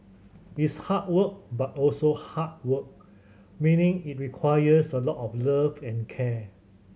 it's hard work but also heart work meaning it requires a lot of love and care